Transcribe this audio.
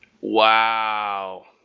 Wow